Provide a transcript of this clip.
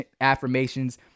affirmations